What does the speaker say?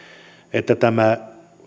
että tämän